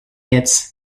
its